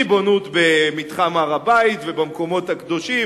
ריבונות במתחם הר-הבית ובמקומות הקדושים,